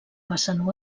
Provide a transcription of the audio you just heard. vessant